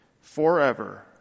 forever